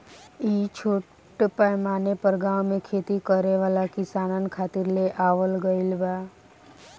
इ छोट पैमाना पर गाँव में खेती करे वाला किसानन खातिर ले आवल गईल बा